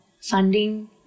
funding